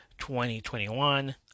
2021